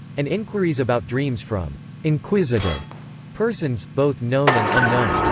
and inquiries about dreams from inquisitive persons, both known and unknown,